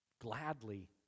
gladly